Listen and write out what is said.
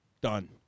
Done